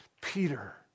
Peter